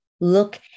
look